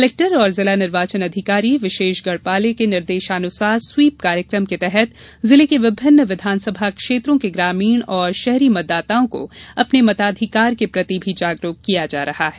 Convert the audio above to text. collector और जिला निर्वाचन अधिकारी विशेष गढ़पाले के निर्देशानुसार स्वीप कार्यकम के तहत जिले के विभिन्न विधानसभा क्षेत्रों के ग्रामीण और शहरी मतदाताओं को अपने मतााधिकार के प्रति भी जागरूक किया जा रहा है